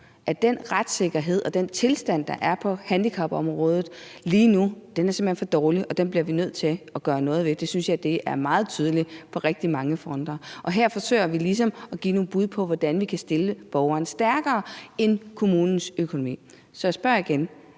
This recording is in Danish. at den retssikkerhed og den tilstand, der er på handicapområdet lige nu, simpelt hen er for dårlig, og den bliver vi nødt til at gøre noget ved. Det synes jeg er meget tydeligt på rigtig mange fronter. Og her forsøger vi ligesom at give nogle bud på, hvordan vi kan stille borgeren stærkere end kommunens økonomi. Så jeg spørger igen: